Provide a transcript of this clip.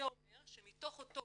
זה אומר שמתוך אותה